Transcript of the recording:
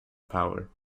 power